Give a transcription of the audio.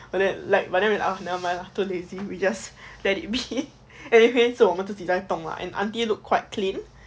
but then like but then ah nevermind lah too lazy we just let it be anyway 也是我们自己在动 mah and auntie look quite clean